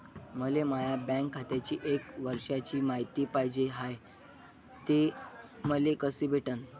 मले माया बँक खात्याची एक वर्षाची मायती पाहिजे हाय, ते मले कसी भेटनं?